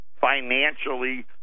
financially